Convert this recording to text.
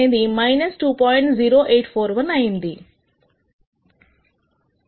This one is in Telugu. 0841 అయింది